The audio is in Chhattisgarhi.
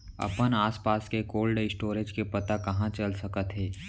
अपन आसपास के कोल्ड स्टोरेज के पता कहाँ चल सकत हे?